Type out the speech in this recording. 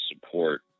support